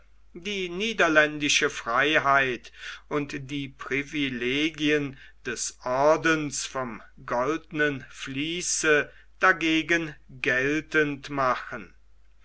die niederländische freiheit und die privilegien des ordens vom goldenen vließe dagegen geltend machen